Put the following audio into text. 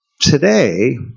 Today